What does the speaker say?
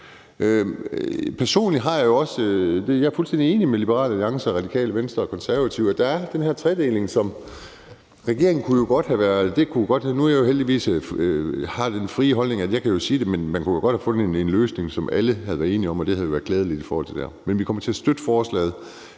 sådan, at jeg er fuldstændig enig med Liberal Alliance, Radikale Venstre og Konservative i, at der er den her tredeling. Regeringen kunne jo godt – nu har jeg heldigvis min frie holdning, så jeg kan jo sige det – have fundet en løsning, som alle havde været enige om, og det havde været klædeligt i forhold til det her. Men vi kommer til at støtte forslaget.